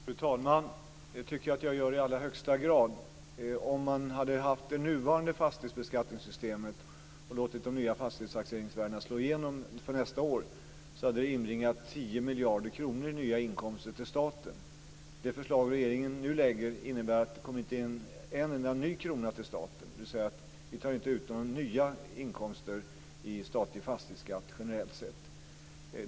Fru talman! Det tycker jag att jag gör i allra högsta grad. Om man hade haft det nuvarande fastighetsbeskattningssystemet och låtit de nya fastighetstaxeringsvärdena slå igenom för nästa år hade det inbringat 10 miljarder kronor i nya inkomster till staten. Det förslag regeringen nu lägger fram innebär att det inte kommer in en enda ny krona till staten, dvs. vi tar inte ut några nya inkomster i statlig fastighetsskatt generellt sett.